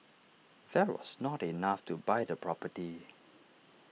that was not enough to buy the property